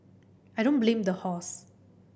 I don't blame the horse